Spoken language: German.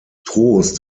trost